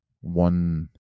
one